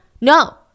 No